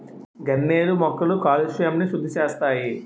గన్నేరు మొక్కలు కాలుష్యంని సుద్దిసేస్తాయి